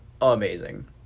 amazing